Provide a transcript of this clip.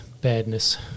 badness